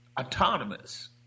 autonomous